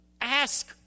Ask